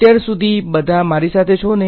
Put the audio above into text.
અત્યાર સુધી બધા મારી સાથે છો ને